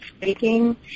speaking